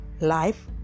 life